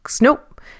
Nope